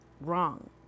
wrong